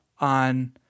on